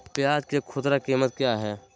प्याज के खुदरा कीमत क्या है?